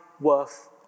worth